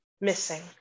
missing